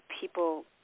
people